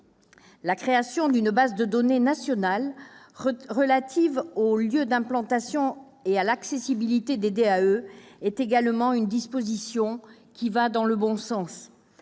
La création d'une base de données nationale relative aux lieux d'implantation et à l'accessibilité des DAE est également une disposition qui va dans le bon sens.